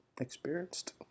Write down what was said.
experienced